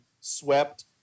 swept